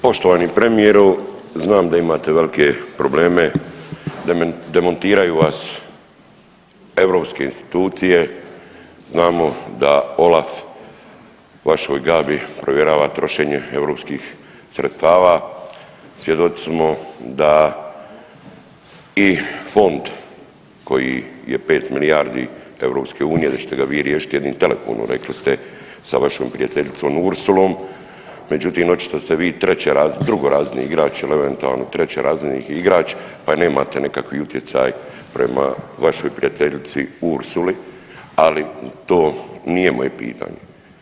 Poštovani premijeru, znam da imate velike probleme, demontiraju vas europske institucije, znamo da OLAF vašoj Gabi provjerava trošenje europskih sredstava, svjedoci smo da i fond koji je 5 milijardi EU da ćete ga vi riješit jednim telefonom rekli ste sa vašom prijateljicom Ursulom, međutim očito ste vi drugorazredni igrač, il eventualno trećerazredni igrač pa nemate nekakvi utjecaj prema vašoj prijateljici Ursuli, ali to nije moje pitanje.